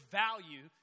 value